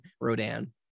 Rodan